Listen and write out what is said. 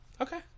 okay